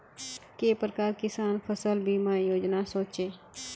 के प्रकार किसान फसल बीमा योजना सोचें?